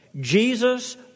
Jesus